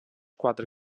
quatre